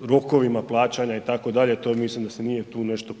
rokovima plaćanja itd. mislim da se tu nije ništa